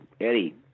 Eddie